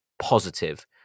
positive